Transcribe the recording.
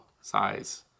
size